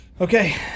Okay